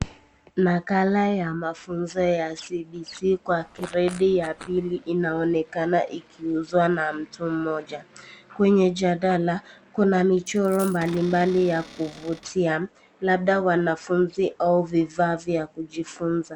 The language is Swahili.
Nakala ya mafunzo ya CBC kwa gredi ya pili, inaonekana ikiuzwa na mtu mmoja. Kwenye jadala, kuna michoro mbali mbali ya kuvutia, labda wanafunzi au vifaa vya kujifunza.